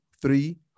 three